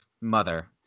mother